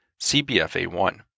CBFA1